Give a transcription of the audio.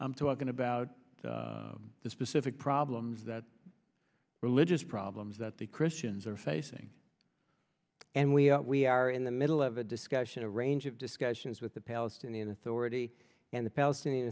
talking about the specific problems that religious problems that the christians are facing and we are we are in the middle of a discussion a range of discussions with the palestinian authority and the palestinian